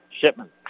shipment